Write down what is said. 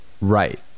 Right